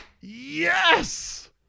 Yes